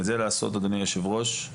אם המדינה לא תוכל לממן את זה,